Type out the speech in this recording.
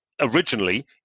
originally